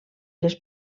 les